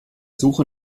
suche